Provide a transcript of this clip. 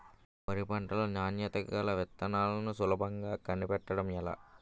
వరి పంట లో నాణ్యత గల విత్తనాలను సులభంగా కనిపెట్టడం ఎలా?